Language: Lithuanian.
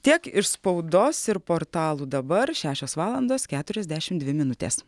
tiek iš spaudos ir portalų dabar šešios valandos keturiasdešimt dvi minutės